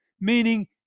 meaning